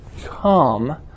come